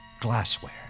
Glassware